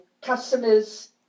customers